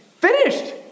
finished